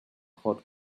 hot